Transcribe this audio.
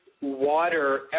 water